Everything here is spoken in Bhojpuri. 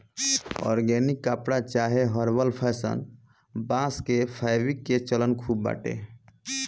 ऑर्गेनिक कपड़ा चाहे हर्बल फैशन, बांस के फैब्रिक के चलन खूब बाटे